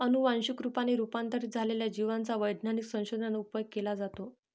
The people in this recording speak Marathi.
अनुवंशिक रूपाने रूपांतरित झालेल्या जिवांचा वैज्ञानिक संशोधनात उपयोग केला जातो